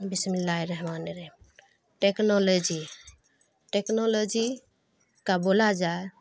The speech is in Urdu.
بسم اللہ رحمن الرحیم ٹیکنالوجی ٹیکنالوجی کا بولا جائے